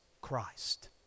Christ